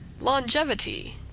Longevity